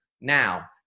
now